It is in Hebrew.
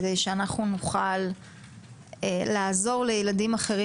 כדי שנוכל לעזור ולעשות טוב יותר לילדים אחרים